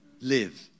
Live